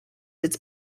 its